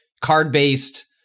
card-based